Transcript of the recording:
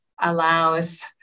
allows